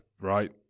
right